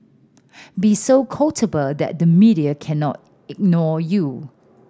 be so quotable that the media cannot ignore you